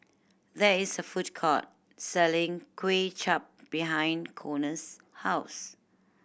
there is a food court selling Kway Chap behind Konner's house